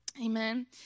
Amen